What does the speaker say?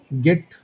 get